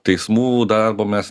teismų darbo mes